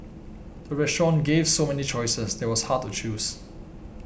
the restaurant gave so many choices that it was hard to choose